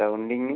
sounding